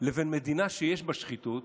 לבין מדינה שיש בה שחיתות